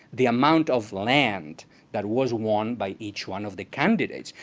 the amount of land that was won by each one of the candidates.